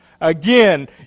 Again